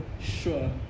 Sure